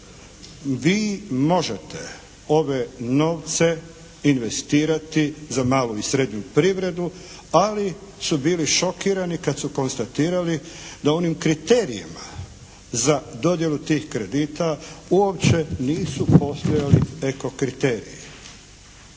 Vi možete ove novce investirati za malu i srednju privredu. Ali su bili šokirani kad su konstatirali da u onim kriterijima za dodjelu tih kredita uopće nisu postojali eko kriteriji.